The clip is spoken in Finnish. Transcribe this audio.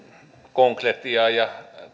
konkretiaa ja